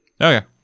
Okay